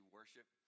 worship